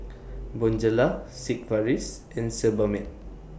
Bonjela Sigvaris and Sebamed